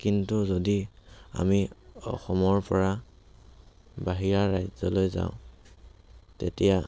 কিন্তু যদি আমি অসমৰ পৰা বাহিৰা ৰাজ্যলৈ যাওঁ তেতিয়া